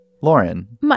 Lauren